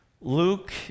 Luke